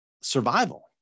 survival